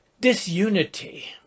disunity